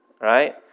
right